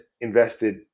invested